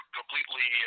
completely